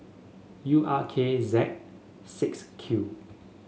U R K Z six Q